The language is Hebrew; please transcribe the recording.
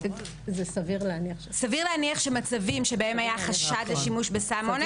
סביר להניח שמצבים שבהם היה חשד לשימוש בסם אונס,